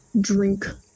drink